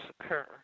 occur